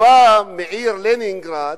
שבאה מהעיר לנינגרד.